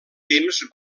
temps